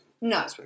No